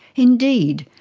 indeed,